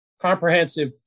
comprehensive